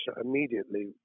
immediately